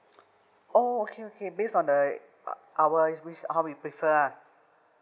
orh okay okay based on the ou~ our wish how we prefer ah